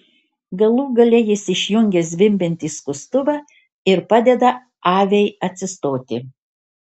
galų gale jis išjungia zvimbiantį skustuvą ir padeda aviai atsistoti